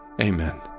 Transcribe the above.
Amen